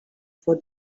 for